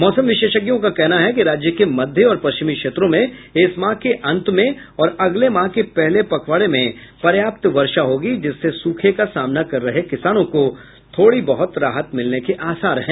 मौसम विशेषज्ञों का कहना है कि राज्य के मध्य और पश्चिमी क्षेत्रों में इस माह के अंत में और अगले माह के पहले पखवारे में पर्याप्त वर्षा होगी जिससे सूखे का सामना कर रहे किसानों को थोड़ी बहुत राहत मिलने के आसार है